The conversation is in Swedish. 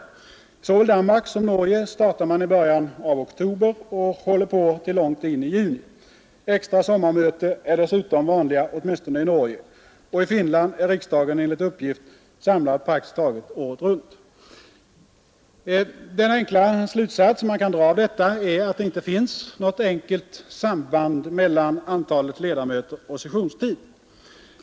I såväl Danmark som Norge startar man i början av oktober och håller på till långt in i juni. Extra sommarmöten är dessutom vanliga, åtminstone i Norge. Och i Finland är riksdagen enligt uppgift samlad praktiskt taget året runt. Den enkla slutsatsen man kan dra av detta är att det inte finns något enkelt samband mellan antalet ledamöter och sessionstid.